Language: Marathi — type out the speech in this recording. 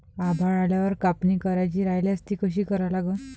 आभाळ आल्यावर कापनी करायची राह्यल्यास ती कशी करा लागन?